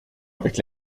avec